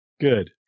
Good